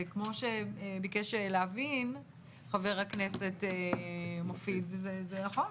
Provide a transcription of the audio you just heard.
וכמו שביקש להבין חבר הכנסת מופיד זה נכון,